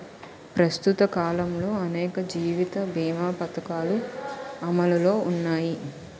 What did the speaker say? ప్రస్తుత కాలంలో అనేక జీవిత బీమా పధకాలు అమలులో ఉన్నాయి